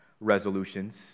resolutions